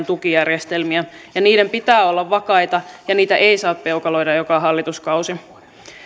tukijärjestelmiä ja niiden pitää olla vakaita ja niitä ei saa peukaloida joka hallituskausi